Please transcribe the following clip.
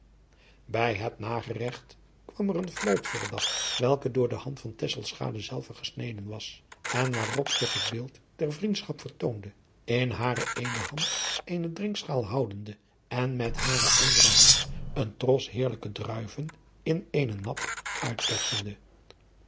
bij het nageregt kwam er een fluit voor den dag welke door de hand van tesselschade zelve gesneden was en waarop zich het beeld der vriendschap vertoonde in hare eene hand eene drinkschaal houdende en met hare andere hand een tros heerlijke druiven in eenen nap